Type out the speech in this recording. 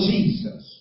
Jesus